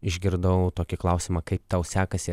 išgirdau tokį klausimą kaip tau sekasi